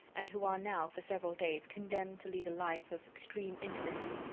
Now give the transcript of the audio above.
and who are now, for several days, condemned to lead a life of extreme intimacy,